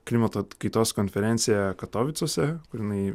klimato kaitos konferenciją katovicuose kur jinai